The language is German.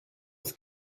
auf